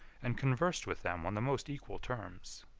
and conversed with them on the most equal terms.